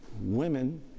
Women